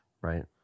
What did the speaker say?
Right